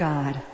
God